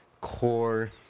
core